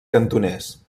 cantoners